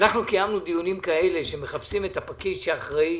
קיימנו דיונים כאלה שמחפשים את הפקיד שאחראי,